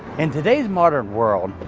in todays modern world,